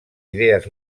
idees